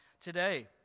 today